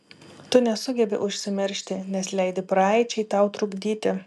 tu nesugebi užsimiršti nes leidi praeičiai tau trukdyti